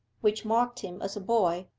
which marked him as a boy,